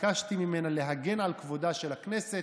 ביקשתי ממנה להגן על כבודה של הכנסת.